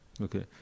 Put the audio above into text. Okay